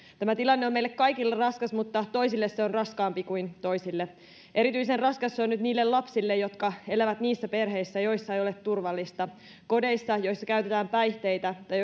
tämä tilanne on meille kaikille raskas mutta toisille se on raskaampi kuin toisille erityisen raskas se on nyt niille lapsille jotka elävät niissä perheissä joissa ei ole turvallista kodeissa joissa käytetään päihteitä tai